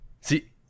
See